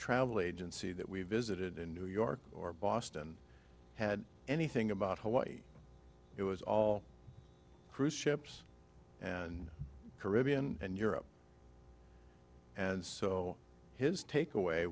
travel agency that we visited in new york or boston had anything about hawaii it was all cruise ships and caribbean and europe and so his takeaway